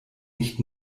nicht